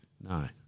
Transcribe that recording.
No